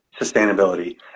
sustainability